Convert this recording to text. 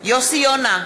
יוסי יונה,